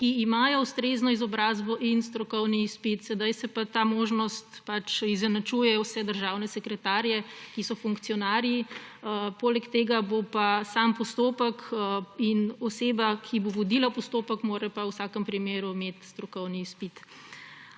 ki imajo ustrezno izobrazbo in strokovni izpit. Sedaj pa ta možnost izenačuje vse državne sekretarje, ki so funkcionarji. Oseba, ki bo vodila postopek, mora pa v vsakem primeru imeti strokovni izpit.